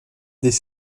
des